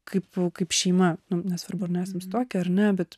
kaip kaip šeima nu nesvarbuesam susituokę ar ne bet